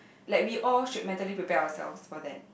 like we all should mentally prepare ourselves for that